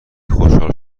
خوشحال